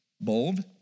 bold